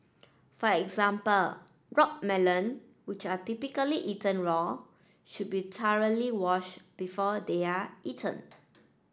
for example rock melon which are typically eaten raw should be thoroughly washed before they are eaten